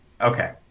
Okay